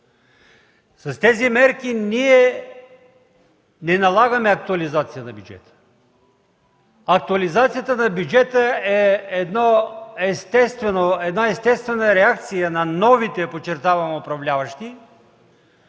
С тези мерки ние налагаме актуализация на бюджета. Актуализацията на бюджета е една естествена реакция на новите, подчертавам, управляващи,